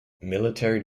military